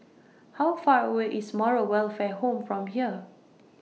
How Far away IS Moral Welfare Home from here